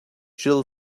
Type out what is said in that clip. jill